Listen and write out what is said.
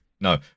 No